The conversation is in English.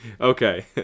Okay